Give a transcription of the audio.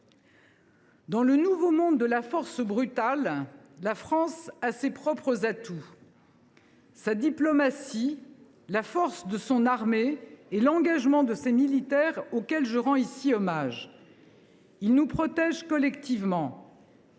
Dans le nouveau monde de la force brutale, la France a ses propres atouts. Sa diplomatie, la force de son armée et l’engagement de ses militaires, auxquels je rends ici hommage. Ils nous protègent collectivement.